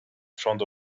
front